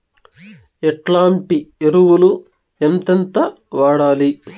ఎట్లాంటి ఎరువులు ఎంతెంత వాడాలి?